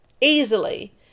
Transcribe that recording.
easily